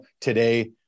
today